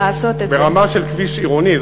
כן, ברמה של כביש עירוני.